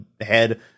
head